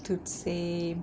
dude same